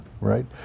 right